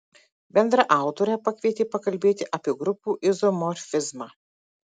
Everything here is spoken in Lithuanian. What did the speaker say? bendraautorę pakvietė pakalbėti apie grupių izomorfizmą